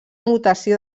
mutació